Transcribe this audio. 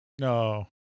No